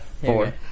four